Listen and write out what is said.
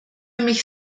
mich